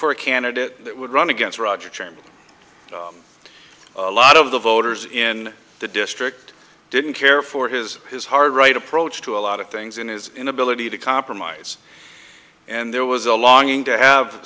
for a candidate that would run against roger term a lot of the voters in the district didn't care for his his hard right approach to a lot of things in his inability to compromise and there was a longing to have